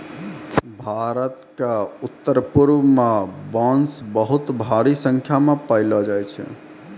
भारत क उत्तरपूर्व म बांस बहुत भारी संख्या म पयलो जाय छै